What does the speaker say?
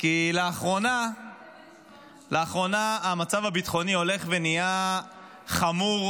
כי לאחרונה המצב הביטחוני הולך ונהיה חמור,